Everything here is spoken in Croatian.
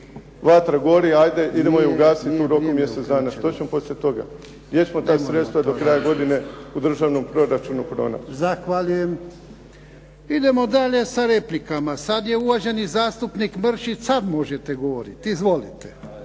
Vatra gori, hajde idemo je ugasiti u roku mjesec dana. Što ćemo poslije toga? Gdje ćemo ta sredstva do kraja godine u državnom proračunu pronaći. **Jarnjak, Ivan (HDZ)** Zahvaljujem. Idemo dalje sa replikama. Sad je uvaženi zastupnik Mršić, sad možete govoriti. Izvolite.